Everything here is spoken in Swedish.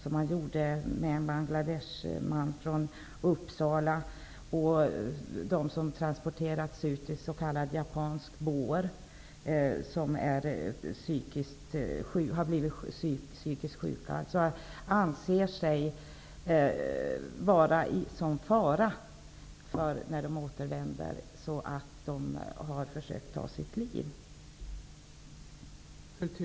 Det gjorde man med en bangladeshisk man från Uppsala. De gäller även dem som blivit psykiskt sjuka och som transporterats ut i s.k. japansk bår. De anser sig vara i sådan fara när de återvänder att de har försökt ta sitt liv.